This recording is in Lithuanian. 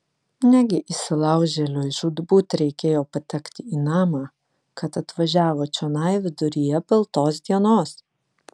negi įsilaužėliui žūtbūt reikėjo patekti į namą kad atvažiavo čionai viduryje baltos dienos